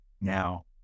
Now